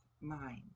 mind